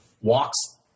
walks